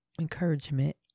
encouragement